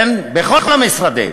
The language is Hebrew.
בכל המשרדים,